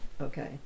okay